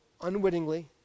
unwittingly